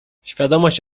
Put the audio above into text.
świadomość